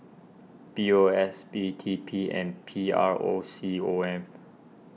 P O S B T P and P R O C O M